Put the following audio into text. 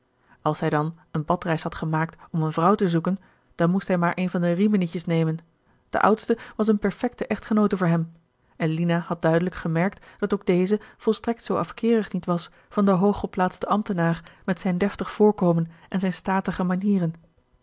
als hij dan een badreis had gemaakt om eene vrouw te zoeken dan moest hij maar eene van de riminietjes nemen de oudste was eene perfecte echtgenoote voor hem en lina had duidelijk gemerkt dat ook deze volstrekt zoo afkeerig niet was van den hooggeplaatsten ambtenaar met zijn deftig voorkomen en zijne statige manieren